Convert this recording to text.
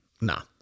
Nah